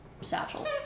satchel